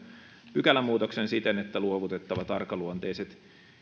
pykälämuutoksen siten että luovutettavien arkaluontoisten